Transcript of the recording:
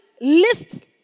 lists